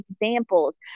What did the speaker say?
examples